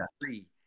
three